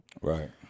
right